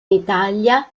italia